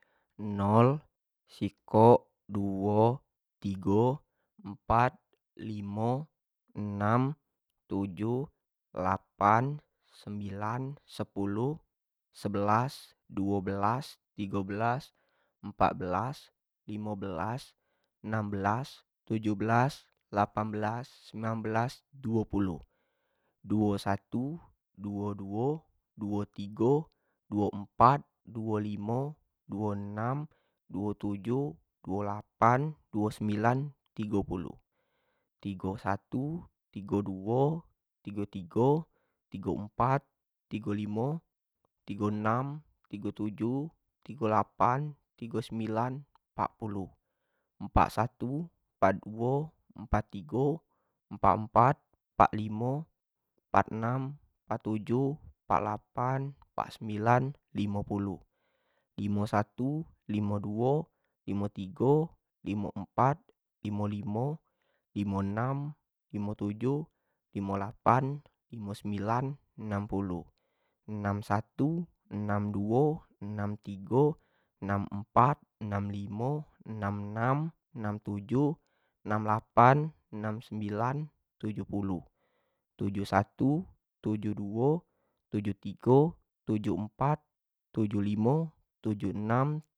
Nol, sekok, duo, tigo, empat, limo enam tujuh, delapan, sembilan. sepuluh, sebelas, duo belas tigo belas, empat belas, limo belas, enam belas, tujuh belas, delapan belas, sembilan belas, duo puluh, duo puluh satu, duo puluh duo, duo puluh tigo, duo puluh empat, duo puluh limo, duo puluh enam, duo puluh tujuh, duo puluh delapan, duo puluh sembilan, tigo puluh, tigo satu. tigo duo, tigo tigo, tigo empat, tigo limo, tigo enam, tigo tujuh, tigo lapan, tigo sembilan, empat puluh, empat satu, empat duo, empat tigo, empat empat, empat limo, empat enam, empat tujuh, empat lapan, empat sembilan, limo puluh, limo satu, limo duo, limo tigo, limo empat, limo-limo, limo enam, limo tujuh, limo lapan, limo sembilan, enam puluh, enam satu, enam duo, enam tigo, enam empat, enam limo, enam enam, enam tujuh, enam lapan, enam sembilan, tujuh puluh, tujuh puluh satu, tujuh puluhduo, tujuh puluh tigo, tujuh puluh empat, tujuh puluh limo, tujuh puluh enam